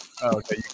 Okay